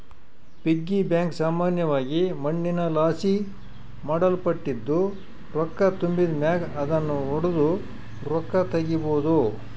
piggy bank ಸಾಮಾನ್ಯವಾಗಿ ಮಣ್ಣಿನಲಾಸಿ ಮಾಡಲ್ಪಟ್ಟಿದ್ದು, ರೊಕ್ಕ ತುಂಬಿದ್ ಮ್ಯಾಗ ಅದುನ್ನು ಒಡುದು ರೊಕ್ಕ ತಗೀಬೋದು